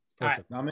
Perfect